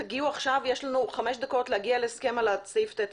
יש לנו חמש דקות להגיע להסכם על סעיף (ט).